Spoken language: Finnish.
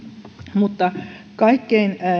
mutta kaikkein